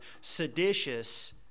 seditious